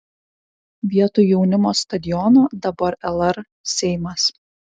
vietoj jaunimo stadiono dabar lr seimas